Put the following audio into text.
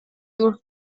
durch